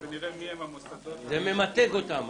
זה ממתג אותם.